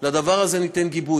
לדבר הזה ניתן גיבוי.